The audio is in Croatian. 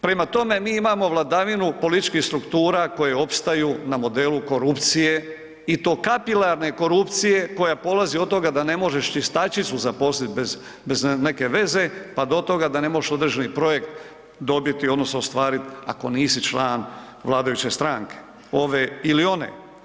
Prema tome, mi imamo vladavinu političkih struktura koje opstaju na modelu korupcije i to kapilarne korupcije koja polazi od toga da ne možeš čistačicu zaposliti bez neke veze pa do toga da ne možeš određeni projekt dobiti odnosno ostvariti ako nisu član vladajuće stranke ove ili one.